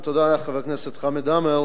חבר הכנסת חמד עמאר,